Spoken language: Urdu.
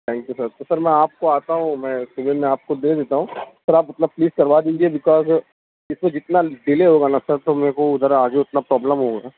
تھینک یو سر تو سر میں آپ کو آتا ہوں میں صبح میں آپ کو دے دیتا ہوں سر آپ اپنا پلیز كروا دیجیے بكاؤز اس سے جتنا ڈلے ہوگا نا سر تو میرے کو ادھر آگے اتنا پرابلم ہوگا